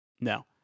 No